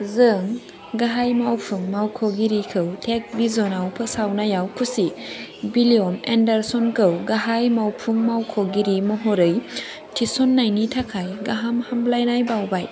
जों गाहाय मावफुं मावख'गिरिखौ टेकबिजनाव फोसावनायाव खुसि बिल्ययन एन्डारसनखौ गाहाय मावफुं मावख'गिरि महरै थिसननायनि थाखाय गाहाम हामलायनाय बावबाय